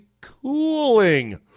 cooling